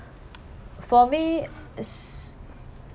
for me it's